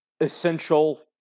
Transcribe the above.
essential